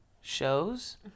shows